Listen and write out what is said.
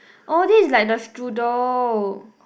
oh this is like the strudel